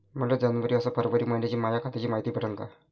मले जनवरी अस फरवरी मइन्याची माया खात्याची मायती भेटन का?